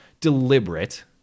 deliberate